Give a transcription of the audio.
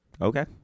Okay